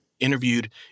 Interviewed